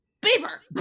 Beaver